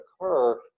occur